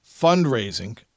fundraising